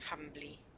humbly